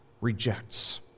rejects